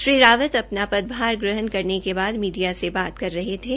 श्री रावत अपना पदभार ग्रहण करने के बाद मीडिया से बात कर रहे थे